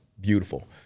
beautiful